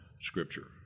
Scripture